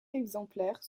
exemplaires